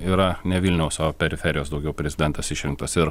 yra ne vilniaus o periferijos daugiau prezidentas išrinktas ir